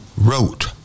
wrote